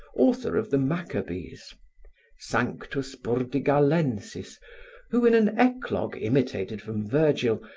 author of the maccabees sanctus burdigalensis who, in an eclogue imitated from vergil,